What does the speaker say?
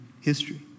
history